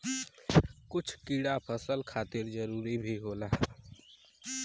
कुछ कीड़ा फसल खातिर जरूरी भी होला